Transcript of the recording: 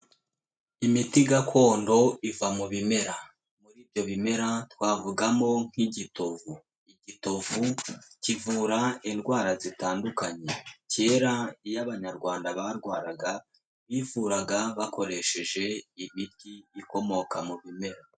Imiti gakondo iva mu bimera muri ibyo bimera twavugamo nk'igitovu, igitovu kivura indwara zitandukanye, kera iyo abanyarwanda barwaraga bivuraga bakoresheje imiti ikomoka mu bimera.